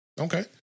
Okay